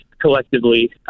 collectively